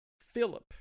Philip